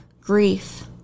grief